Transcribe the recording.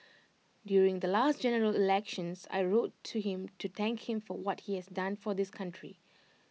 during the last general elections I wrote to him to thank him for what he has done for this country